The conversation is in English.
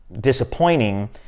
disappointing